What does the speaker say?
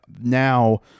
now